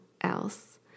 else